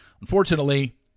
unfortunately